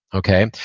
okay?